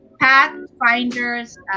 Pathfinder's